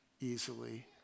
easily